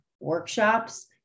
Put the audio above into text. workshops